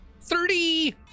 Thirty